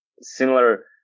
similar